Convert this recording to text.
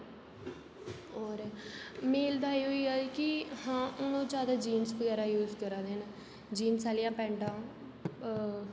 होर मेल दा एह् होइया कि हां हून ओह् जादा जीन्स बगैरा यूज़ करा दे न जीन्स आह्लियां पैंटां हा